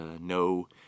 no